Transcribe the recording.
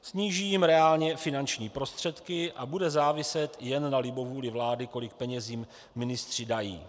Sníží jim reálně finanční prostředky a bude záviset jen na libovůli vlády, kolik peněz jim ministři dají.